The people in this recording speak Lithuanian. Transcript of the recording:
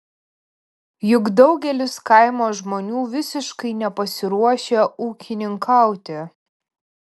juk daugelis kaimo žmonių visiškai nepasiruošę ūkininkauti